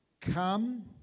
come